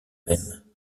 même